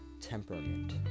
temperament